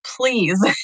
Please